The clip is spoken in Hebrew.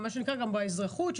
גם באזרחות,